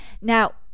Now